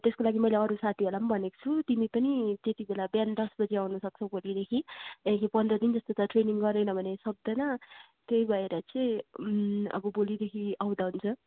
त्यसको लागि मैले अरू साथीहरलाई पनि भनेको छु तिमी पनि त्यतिबेला बिहान दस बजे अउनु सक्छौ भोलिदेखि त्यहाँदेखिन् पन्ध्र दिन जस्तो त ट्रेनिङ गरेन भने सक्दैन त्य्यही भएर चाहिँ अब भोलिदेखि आउँदा हुन्छ